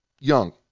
young